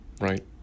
Right